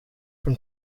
from